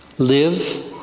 live